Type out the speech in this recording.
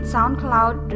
SoundCloud